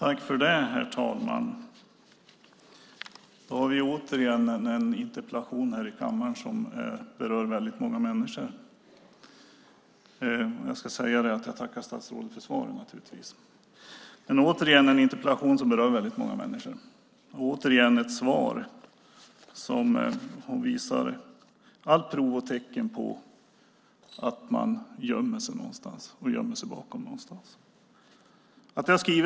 Herr talman! Jag tackar statsrådet för svaret. Då har vi återigen en interpellationsdebatt här i kammaren som berör väldigt många människor och återigen att svar som visar tecken på att man gömmer sig bakom något.